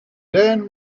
learn